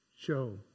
show